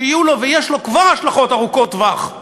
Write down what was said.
שיהיו לו ויש לו כבר השלכות ארוכות טווח.